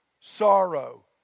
sorrow